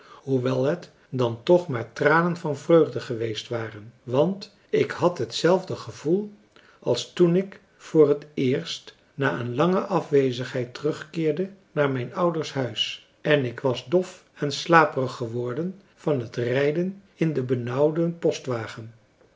hoewel het dan toch maar tranen van vreugde geweest waren want ik had hetzelfde gevoel als toen ik voor het eerst na een lange afwezigheid terugkeerde naar mijn ouders huis en ik was dof en slaperig geworden van het rijden in den benauwden